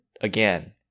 again